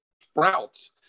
sprouts